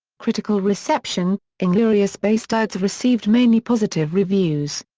critical reception inglourious basterds received mainly positive reviews.